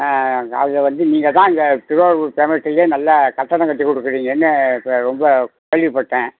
ஆ அதில் வந்து நீங்கள் தான் இந்த திருவாரூர் கிராமத்திலேயே நல்லா கட்டடம் கட்டிக் கொடுக்கிறீங்கன்னு இப்போ ரொம்ப கேள்விப்பட்டேன்